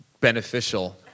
beneficial